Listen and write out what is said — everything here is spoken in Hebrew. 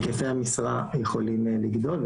היקפי המשרה יכולים לגדול,